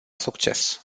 succes